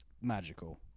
magical